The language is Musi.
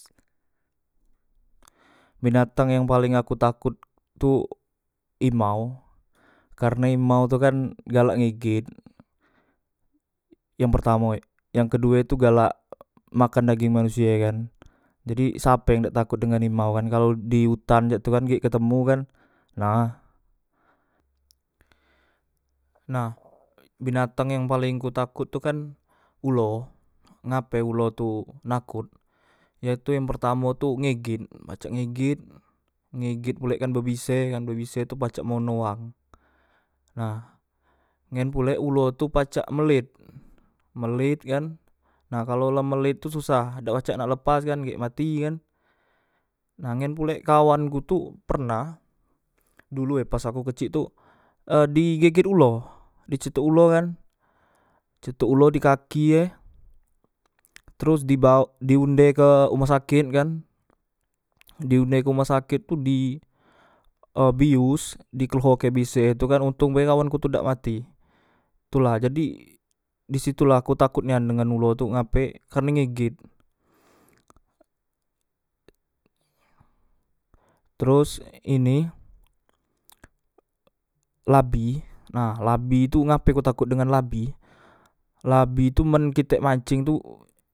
Binatang yang paleng aku takot tu imau karne imau tu kan galak ngeget yang pertamo yang ke due tu galak makan dageng manusie kan jadi sape yang dak takot dengan imaukan kalo di utan cek tu kan gek ketemu kan nah nah binatang yang paleng ku takot tu kan ulo ngape ulo tu nakot ye tu yang pertamotu ngeget pacak ngeget ngeget pulek kan bebise bebise tu pacak mbunuh wang nah ngen pulek ulo tu pacak mbelet mbelet kan nah kalo lambelet tu susah dak pacak nak lepas kan gek mati kan ngen pulek kawan ku tu pernah dulu e pas aku kecik tu e di geget ulo di cetok ulo kan cetok ulo dikaki e terus di baw di unde ke uma saket kan di unde ke uma saket tu di e bius di klehoke bise ontongbe kawanku tu dak mati tula jadi disitula ku takot nia dengan ulo tu ngape kerne ngeget teros ini labi nah labi tu ngape ku takot dengan labi labi tu men kitek manceng tu